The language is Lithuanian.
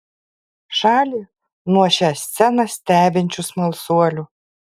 šalį nuo šią sceną stebinčių smalsuolių